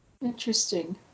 Interesting